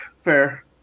fair